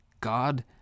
God